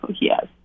Yes